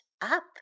up